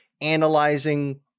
analyzing